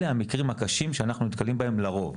אלו המקרים הקשים שאנחנו נתקלים בהם לרוב,